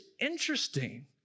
interesting